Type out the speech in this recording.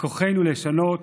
בכוחנו לשנות,